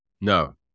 No